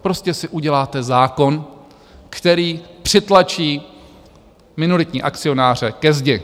Prostě si uděláte zákon, který přitlačí minoritní akcionáře ke zdi.